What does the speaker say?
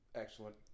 Excellent